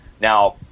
Now